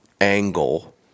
angle